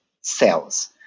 cells